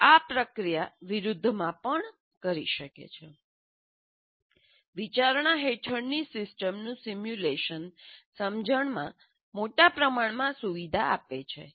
કોઈ આ પ્રક્રિયા વિરુદ્ધ માં પણ કરી શકે છે વિચારણા હેઠળની સિસ્ટમનું સિમ્યુલેશન સમજણમાં મોટા પ્રમાણમાં સુવિધા આપે છે